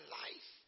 life